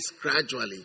gradually